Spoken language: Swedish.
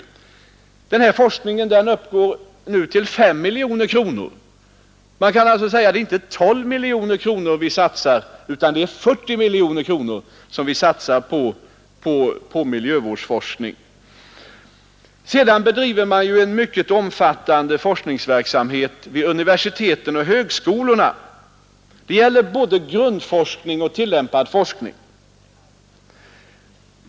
Kostnaderna för den här forskningen uppgår nu till 5 miljoner kronor. Man kan alltså säga att det inte är 12 miljoner kronor vi satsar på miljövårdsforskning, utan 40 miljoner. Sedan bedrivs ju en mycket omfattande forskningsverksamhet vid universiteten och högskolorna. Det gäller både grundforskning och tillämpad forskning.